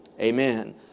amen